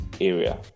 area